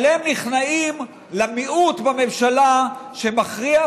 אבל הם נכנעים למיעוט בממשלה שמכריח,